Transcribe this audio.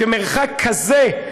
כמרחק כזה,